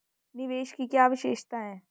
निवेश की क्या विशेषता है?